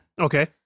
Okay